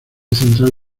central